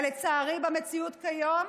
אבל לצערי במציאות היום,